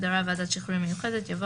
אחרי ההגדרה "ועדת שחרורים מיוחדת" יבוא: